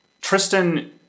Tristan